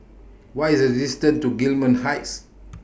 What IS The distance to Gillman Heights